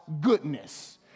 goodness